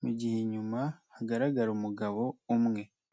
mu gihe inyuma hagaragara umugabo umwe.